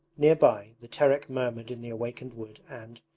near by, the terek murmured in the awakened wood and,